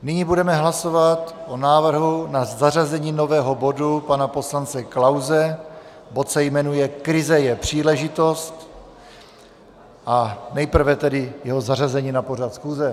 Nyní budeme hlasovat o návrhu na zařazení nového bodu pana poslance Klause, bod se jmenuje Krize je příležitost, a nejprve tedy jeho zařazení na pořad schůze.